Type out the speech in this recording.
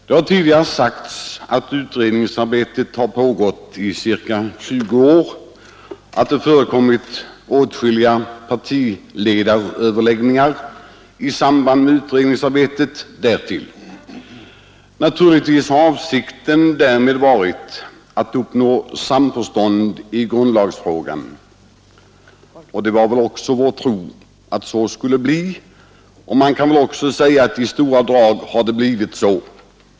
Det har tidigare sagts att utredningsarbetet har pågått i ca 20 år och att det förekommit åtskilliga partiledaröverläggningar i anslutning till utredningsarbetet. Naturligtvis har avsikten därmed varit att uppnå samförstånd i grundlagsfrågan, och det var väl vår tro att detta skulle lyckas. Man kan också säga att i stora drag har det blivit så.